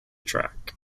track